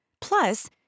Plus